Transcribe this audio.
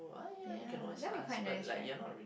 ya that will be quite nice right